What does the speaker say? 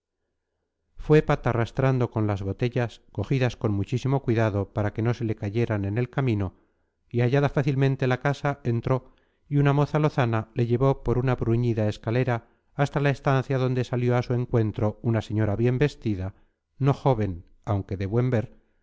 farolitos fue patarrastrando con las botellas cogidas con muchísimo cuidado para que no se le cayeran en el camino y hallada fácilmente la casa entró y una moza lozana le llevó por la bruñida escalera hasta la estancia donde salió a su encuentro una señora bien vestida no joven aunque de buen ver